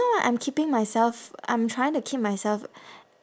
why I'm keeping myself I'm trying to keep myself